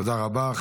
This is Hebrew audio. תודה רבה.